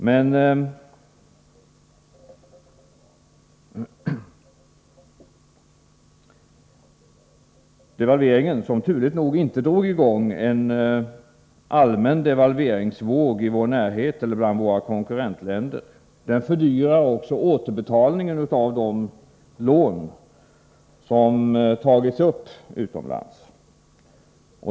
Men devalveringen, som turligt nog inte drog i gång en allmän devalveringsvåg i vår närhet eller bland våra konkurrentländer, fördyrar också återbetalningen av de lån som tagits upp utomlands.